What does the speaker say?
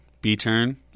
B-turn